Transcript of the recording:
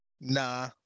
Nah